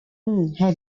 have